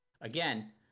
again